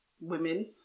women